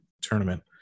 tournament